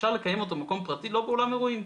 אפשר לקיימו במקום פרטי אבל לא באולם אירועים.